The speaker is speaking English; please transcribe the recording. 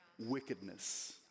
wickedness